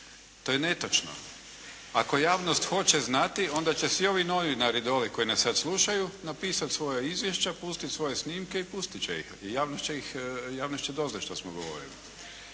To je netočno. Ako javnost hoće znati, onda će svi ovi novinari dolje koji nas sad slušaju napisati svoja izvješća, pustiti svoje snimke i pustit će ih, i javnost će doznati što smo govorili.